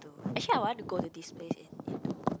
actually I want to go to this place in Indo